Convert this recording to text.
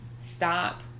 stop